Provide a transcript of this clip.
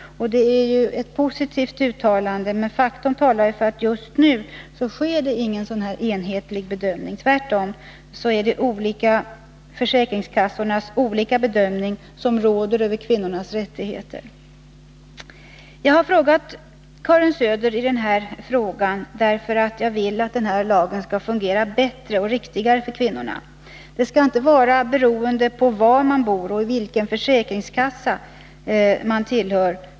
Det är ju ett positivt uttalande, men faktum talar för att just nu sker det ingen sådan enhetlig bedömning. Tvärtom är det de olika försäkringskassornas olika bedömning som råder över kvinnornas rättigheter. Jag har vänt mig till Karin Söder i den här frågan därför att jag vill att den här lagen skall fungera bättre och riktigare för kvinnorna. Rätten till havandeskapspenning skall inte vara beroende av var man bor och vilken försäkringskassa man tillhör.